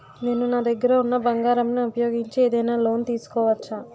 నేను నా దగ్గర ఉన్న బంగారం ను ఉపయోగించి ఏదైనా లోన్ తీసుకోవచ్చా?